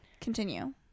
continue